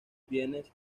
bienes